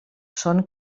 són